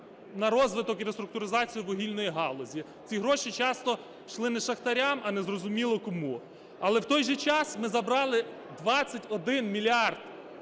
на розвиток і реструктуризацію вугільної галузі. Ці гроші часто йшли не шахтарям, а незрозуміло кому. Але в той же час ми забрали 21 мільярд гривень